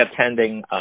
attending